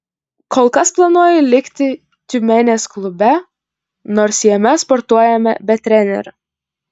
kol kas planuoju likti tiumenės klube nors jame sportuojame be trenerio